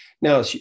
Now